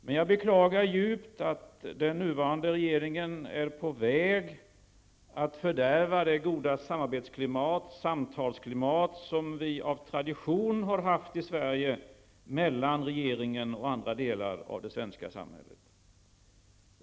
Men jag beklagar djupt att den nuvarande regeringen är på väg att fördärva det goda samarbetsklimat, samtalsklimat, som vi av tradition har haft i Sverige mellan regeringen och andra delar av det svenska samhället.